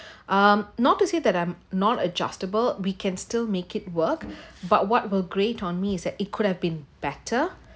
um not to say that I'm not adjustable we can still make it work but what will grate on me is that it could have been better